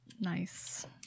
nice